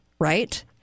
right